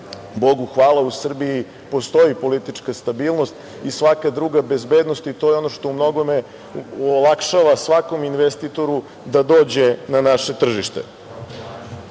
Bogu hvala u Srbiji postoji politička stabilnost i svaka druga bezbednost i to je ono što u mnogome olakšava svakom investitoru da dođe na naše tržište. Kada